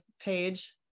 page